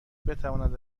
بتواند